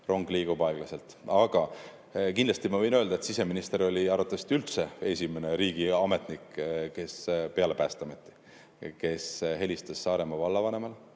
Rong liigub aeglaselt. Aga kindlasti ma võin öelda, et siseminister oli arvatavasti üldse esimene riigiametnik – peale Päästeameti –, kes helistas Saaremaa vallavanemale,